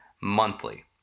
monthly